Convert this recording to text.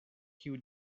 kiu